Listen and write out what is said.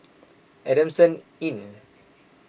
Adamson Inn